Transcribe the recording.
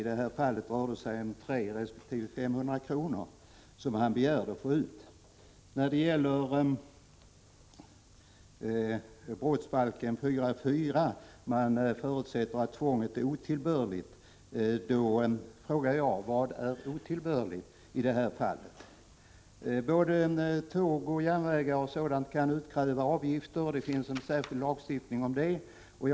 I det här fallet begärde han att få ut 300 resp. 500 kr. : När det gäller brottsbalken 4:4, som förutsätter att tvånget är otillbörligt, frågar jag: Vad är ”otillbörligt” i det här fallet? Både på tåg och annars kan man utkräva avgifter, och det finns en särskild lagstiftning om detta.